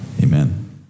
amen